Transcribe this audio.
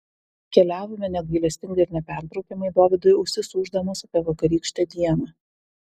keliavome negailestingai ir nepertraukiamai dovydui ausis ūždamos apie vakarykštę dieną